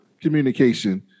communication